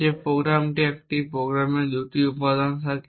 যে প্রোগ্রামটি একটি প্রোগ্রামের 2টি উপাদান থাকে